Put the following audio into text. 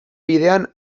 bidean